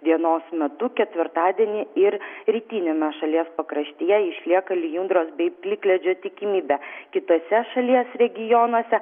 dienos metu ketvirtadienį ir rytiniame šalies pakraštyje išlieka lijundros bei plikledžio tikimybė kituose šalies regionuose